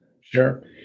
Sure